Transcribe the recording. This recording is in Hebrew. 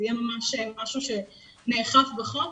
זה יהיה ממש משהו שנאכף בחוק,